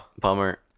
Bummer